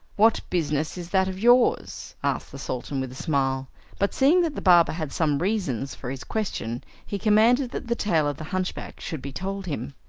what business is that of yours? asked the sultan with a smile but seeing that the barber had some reasons for his question, he commanded that the tale of the hunchback should be told him.